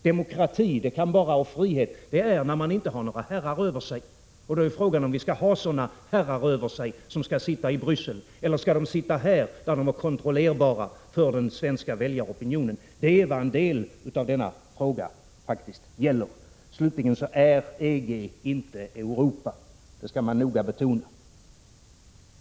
Demokrati och frihet innebär att man inte har några herrar över sig. Då är frågan om vi skall ha några herrar över oss som skall sitta i Bryssel — eller skall de sitta här, där de är kontrollerbara för den svenska väljaropinionen? Det är vad en del av denna fråga faktiskt gäller. Slutligen är EG inte Europa — det skall noga betonas.